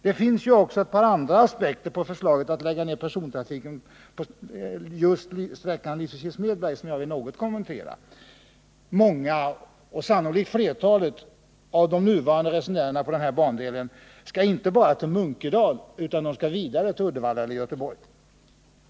Det finns också ett par andra aspekter på förslaget att lägga ner persontrafiken på sträckan Lysekil-Smedberg som jag vill kommentera. Många — sannolikt flertalet —av nuvarande tågresenärer på denna bandel skall inte bara till Munkedal utan skall åka vidare till Uddevalla och Göteborg.